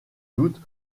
doute